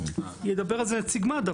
ידבר על זה נציג מד"א,